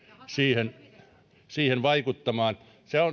siihen siihen vaikuttamaan